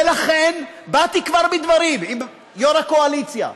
ולכן, כבר באתי בדברים עם יו"ר הקואליציה,